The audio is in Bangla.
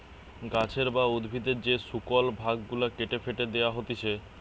গাছের বা উদ্ভিদের যে শুকল ভাগ গুলা কেটে ফেটে দেয়া হতিছে